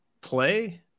Play